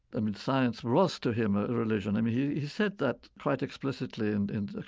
and science was, to him, a religion. i mean, he said that quite explicitly. and and